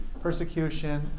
Persecution